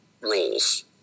rules